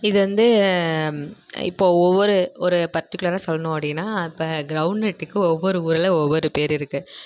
இது வந்து இப்போது ஒவ்வொரு ஒரு பர்ட்டிகுலராக சொல்லணும் அப்படினா இப்போ க்ரவுண்ட்நட்டுக்கு ஒவ்வொரு ஊரில் ஒவ்வொரு பேர் இருக்கு